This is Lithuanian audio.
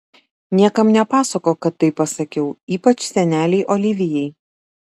niekam nepasakok kad taip pasakiau ypač senelei olivijai